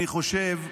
אני חושב,